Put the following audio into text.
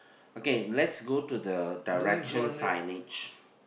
okay let's go to the direction signage